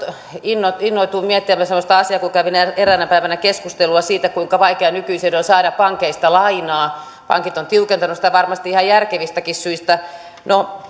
innostuin innostuin miettimään sellaista asiaa kun kävin eräänä päivänä keskustelua siitä kuinka vaikeaa nykyisin on saada pankeista lainaa pankit ovat tiukentaneet sitä varmasti ihan järkevistäkin syistä no